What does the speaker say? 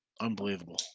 Unbelievable